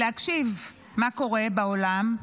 להקשיב מה קורה בעולם,